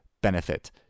benefit